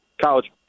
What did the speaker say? college